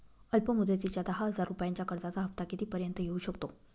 अल्प मुदतीच्या दहा हजार रुपयांच्या कर्जाचा हफ्ता किती पर्यंत येवू शकतो?